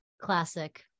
Classic